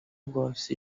gosto